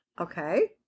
Okay